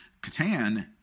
Catan